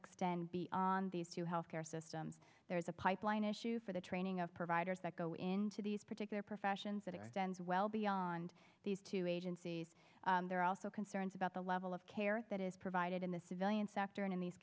extend beyond these two health care systems there is a pipeline issue for the training of providers that go into these particular professions well beyond these two agencies there are also concerns about the level of care that is provided in the civilian sector in these